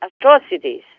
atrocities